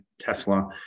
Tesla